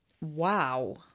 Wow